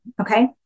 okay